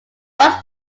ross